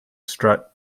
strut